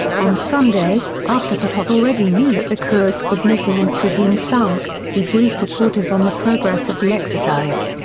on sunday, after popov already knew that the kursk was missing and presumed sunk, he briefed reporters on the progress of the exercise.